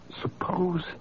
suppose